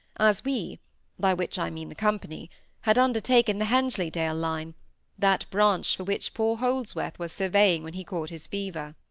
as we by which i mean the company had undertaken the hensleydale line that branch for which poor holdsworth was surveying when he caught his fever.